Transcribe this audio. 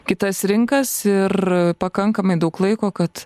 kitas rinkas ir pakankamai daug laiko kad